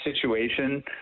situation